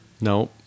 No